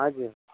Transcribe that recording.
हजुर